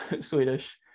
Swedish